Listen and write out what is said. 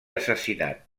assassinat